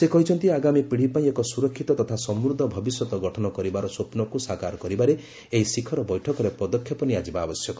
ସେ କହିଛନ୍ତି ଆଗାମୀ ପୀଢ଼ି ପାଇଁ ଏକ ସୁରକ୍ଷିତ ତଥା ସମୃଦ୍ଧ ଭବିଷ୍ୟତ ଗଠନ କରିବାର ସ୍ୱପ୍ନକୁ ସାକାର କରିବାରେ ଏହି ଶିଖର ବୈଠକରେ ପଦକ୍ଷେପ ନିଆଯିବା ଆବଶ୍ୟକ